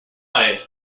ties